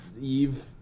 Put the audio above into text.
eve